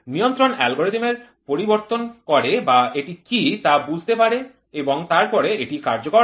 নিয়ন্ত্রণ অ্যালগরিদম এর পরিবর্তন করে বা এটি কী তা বুঝতে পারে এবং তারপরে এটি কার্যকর হয়